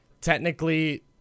technically